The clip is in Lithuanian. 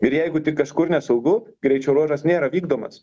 ir jeigu tik kažkur nesaugu greičio ruožas nėra vykdomas